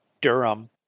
Durham